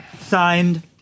signed